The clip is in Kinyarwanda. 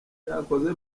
cyakoze